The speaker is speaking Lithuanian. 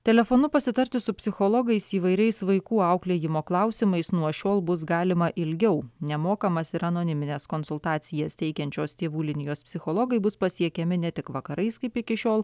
telefonu pasitarti su psichologais įvairiais vaikų auklėjimo klausimais nuo šiol bus galima ilgiau nemokamas ir anonimines konsultacijas teikiančios tėvų linijos psichologai bus pasiekiami ne tik vakarais kaip iki šiol